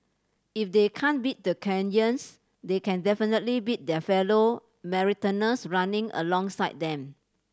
if they can't beat the Kenyans they can definitely beat their fellow marathoners running alongside them